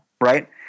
right